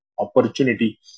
opportunity